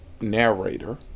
narrator